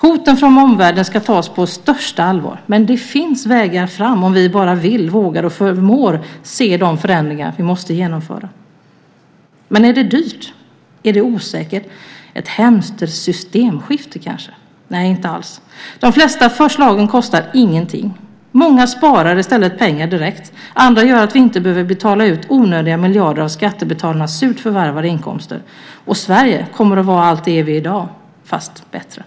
Hoten från omvärlden ska tas på största allvar, men det finns vägar fram om vi bara vill, vågar och förmår se de förändringar som måste genomföras. Är det dyrt? Är det osäkert? Ett hemskt systemskifte kanske? Nej, inte alls. De flesta förslagen kostar ingenting. Många förslag sparar i stället pengar direkt. Andra förslag gör att vi inte behöver betala ut onödiga miljarder av skattebetalarnas surt förvärvade inkomster. Sverige kommer att vara allt det är i dag - fast bättre.